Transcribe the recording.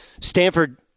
Stanford